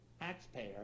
taxpayer